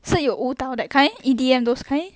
是有舞蹈 that kind E_D_M those kind